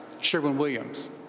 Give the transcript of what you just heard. Sherwin-Williams